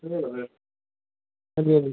अंजी अंजी